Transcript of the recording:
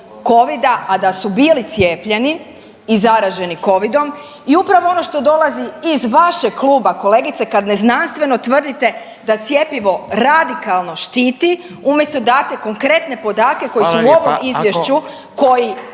a da su bili cijepljeni i zaraženi Covidom i upravo ono što dolazi iz vašeg kluba, kolegice, kad neznanstveno tvrdite da cjepivo radikalno štiti umjesto date konkretne podatke koji su u ovom Izvješću